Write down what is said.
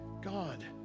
God